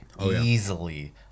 easily